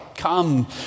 Come